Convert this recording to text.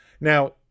Now